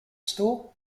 store